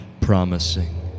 promising